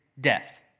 death